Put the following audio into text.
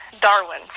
Darwin